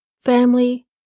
family